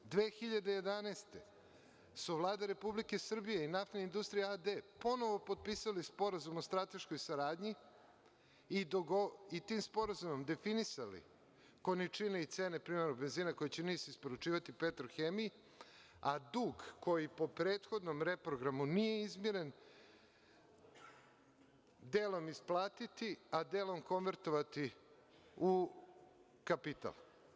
Godine 2011. su Vlada Republike Srbije i Naftna industrija a.d. ponovo potpisali Sporazum o strateškoj saradnji i tim sporazumima definisali količine i cene privremenog benzina koji će NIS isporučivati „Petrohemiji“, a dug koji po prethodnom reprogramu nije izmiren delom isplatiti, a delom konvertovati u kapital.